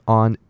on